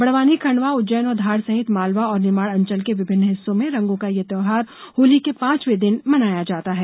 बड़वानी खण्डवा उज्जैन और धार सहित मालवा और निमाड़ अंचल के विभिन्न हिस्सों में रंगों का ये त्यौहार होली के पांचवे दिन मनाया जाता है